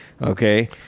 Okay